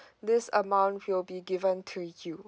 this amount will be given to you